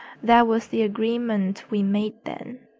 that was the agreement we made then.